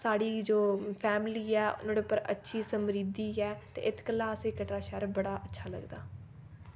साढ़ी जो फैमली ऐ नोह्ड़े उप्पर अच्छी समृद्धि ऐ ते इत गल्ला असें कटरा शैह्र बड़ा अच्छा लगदा